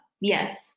yes